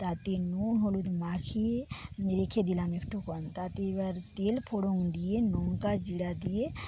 তাতে নুন হলুদ মাখিয়ে রেখে দিলাম একটুক্ষণ তাতে এবার তেল ফোড়ন দিয়ে লঙ্কা জিরা দিয়ে